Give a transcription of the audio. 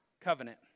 covenant